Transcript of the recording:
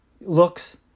looks